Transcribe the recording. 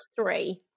three